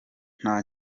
nta